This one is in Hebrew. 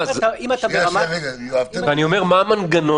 מה מנגנון